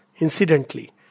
Incidentally